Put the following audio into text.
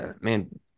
man